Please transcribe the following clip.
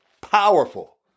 Powerful